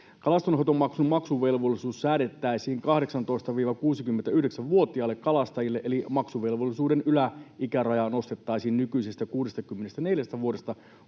Kalastonhoitomaksun maksuvelvollisuus säädettäisiin 18—69-vuotiaille kalastajille, eli maksuvelvollisuuden yläikärajaa nostettaisiin nykyisestä 64 vuodesta